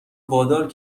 وادار